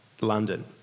London